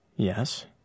Yes